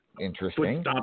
Interesting